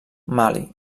mali